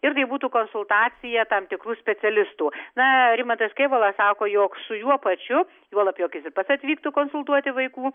ir tai būtų konsultacija tam tikrų specialistų na rimantas kėvalas sako jog su juo pačiu juolab jog jis ir pats atvyktų konsultuoti vaikų